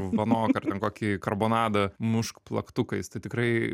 vanok ar ten kokį karbonadą mušk plaktukais tai tikrai